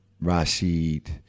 Rashid